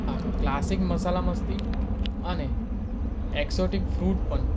હા ક્લાસિક મસાલા મસ્તી અને એક્ઝોટીક ફ્રૂટ પણ